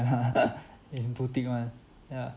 it's boutique [one] ya